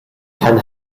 can